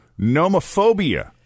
Nomophobia